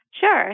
Sure